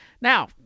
Now